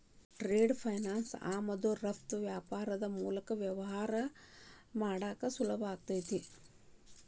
trade finance ಆಮದುದಾರರು ರಫ್ತುದಾರರಿಗಿ ವ್ಯಾಪಾರದ್ ಮೂಲಕ ವ್ಯವಹಾರ ಮಾಡಾಕ ಸುಲಭಾಕೈತಿ